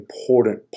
important